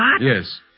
Yes